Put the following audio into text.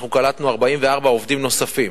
קלטנו 44 נוספים.